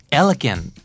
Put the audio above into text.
elegant